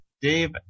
Dave